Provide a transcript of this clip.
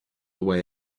way